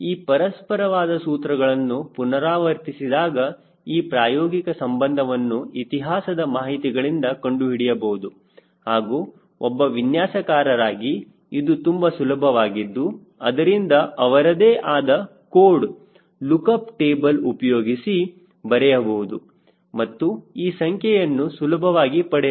ಈ ಪರಸ್ಪರವಾದ ಸೂತ್ರಗಳನ್ನು ಪುನರಾವರ್ತಿಸಿ ದಾಗ ಈ ಪ್ರಾಯೋಗಿಕ ಸಂಬಂಧವನ್ನು ಇತಿಹಾಸದ ಮಾಹಿತಿಗಳಿಂದ ಕಂಡುಹಿಡಿಯಬಹುದು ಹಾಗೂ ಒಬ್ಬ ವಿನ್ಯಾಸಕಾರರಿಗೆ ಇದು ತುಂಬಾ ಸುಲಭವಾಗಿದ್ದು ಅದರಿಂದ ಅವರದೇ ಆದ ಕೋಡ್ ಲುಕ್ಅಪ್ ಟೇಬಲ್ ಉಪಯೋಗಿಸಿ ಬರೆಯಬಹುದು ಮತ್ತು ಈ ಸಂಖ್ಯೆಗಳನ್ನು ಸುಲಭವಾಗಿ ಪಡೆಯಬಹುದು